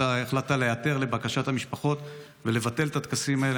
אתה החלטת להיעתר לבקשת המשפחות ולבטל את הטקסים האלה.